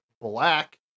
Black